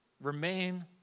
remain